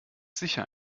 sicher